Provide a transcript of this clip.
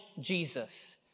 Jesus